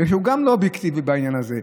בגלל שהוא גם לא אובייקטיבי בעניין הזה.